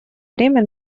время